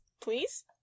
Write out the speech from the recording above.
Please